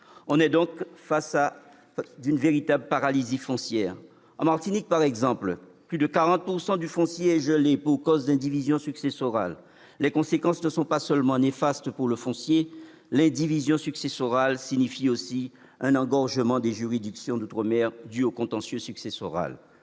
On est donc face à une véritable paralysie foncière. En Martinique, par exemple, plus de 40 % du foncier est gelé pour cause d'indivision successorale. Les conséquences ne sont pas seulement néfastes pour le foncier. L'indivision successorale signifie aussi un engorgement des juridictions d'outre-mer dû au contentieux successoral.